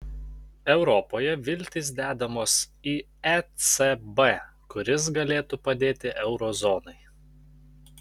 europoje viltys dedamos į ecb kuris galėtų padėti euro zonai